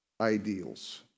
ideals